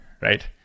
right